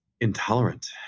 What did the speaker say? intolerant